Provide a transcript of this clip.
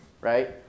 Right